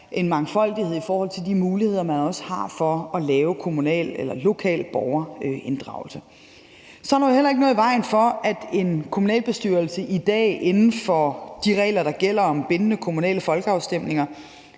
en mangfoldighed i forhold til de muligheder, man også har for at lave kommunal eller lokal borgerinddragelse. Så er der jo heller ikke noget i vejen for, at en kommunalbestyrelse i dag inden for de regler, der gælder om bindende kommunale folkeafstemninger,